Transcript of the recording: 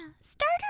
starter